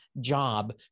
job